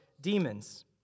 demons